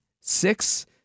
six